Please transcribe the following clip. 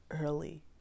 early